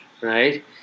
right